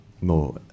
more